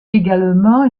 également